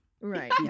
right